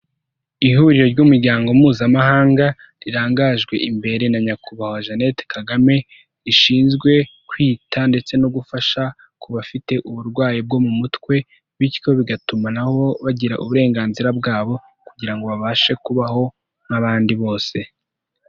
Ihuriro ry'umuryango mpuzamahanga rirangajwe imbere na nyakubahwa Jeannette Kagame rishinzwe kwita ndetse no gufasha ku bafite uburwayi bwo mu mutwe bityo bigatuma nabo bagira uburenganzira bwabo kugira ngo babashe kubaho nk'abandi bose.